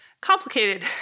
complicated